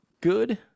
good